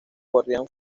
guardián